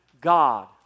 God